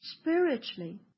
spiritually